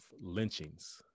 lynchings